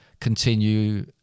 continue